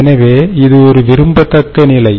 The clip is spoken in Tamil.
எனவேஇது ஒரு விரும்பத்தக்க நிலை